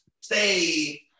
stay